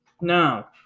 Now